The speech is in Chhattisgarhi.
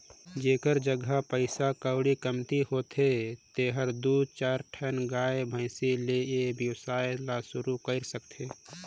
जेखर जघा पइसा कउड़ी कमती होथे तेहर दू चायर ठन गाय, भइसी ले ए वेवसाय ल सुरु कईर सकथे